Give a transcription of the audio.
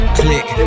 click